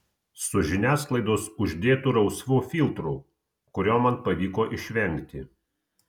su žiniasklaidos uždėtu rausvu filtru kurio man pavyko išvengti